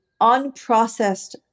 unprocessed